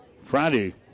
Friday